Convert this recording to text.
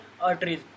arteries